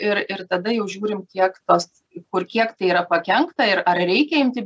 ir ir tada jau žiūrim kiek tos kur kiek tai yra pakenkta ir ar reikia imti